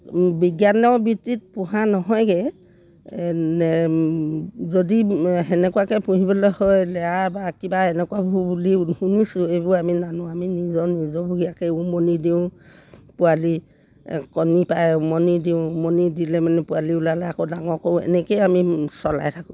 বিজ্ঞানৰ ভিত্তিত পোহা নহয়গৈ যদি সেনেকুৱাকৈ পুহিবলৈ হয় বা কিবা এনেকুৱাবোৰ বুলি শুনিছোঁ এইবোৰ আমি নানোঁ আমি নিজৰ নিজৰভগীয়াকৈ উমনি দিওঁ পোৱালি কণী পাৰে উমনি দিওঁ উমনি দিলে মানে পোৱালি ওলালে আকৌ ডাঙৰ কৰোঁ এনেকৈয়ে আমি চলাই থাকোঁ